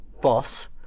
boss